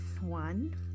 one